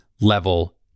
level